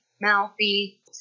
mouthy